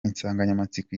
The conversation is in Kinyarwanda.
insanganyamatsiko